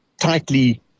tightly